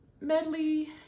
medley